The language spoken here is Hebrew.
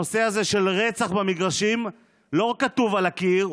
הנושא הזה של רצח במגרשים לא כתוב על הקיר,